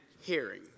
hearing